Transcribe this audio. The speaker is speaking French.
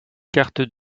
cartes